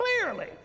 clearly